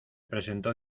presentó